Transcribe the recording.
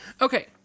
Okay